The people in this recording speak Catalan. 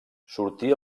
sortia